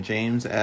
James